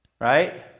Right